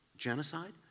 Genocide